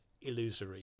illusory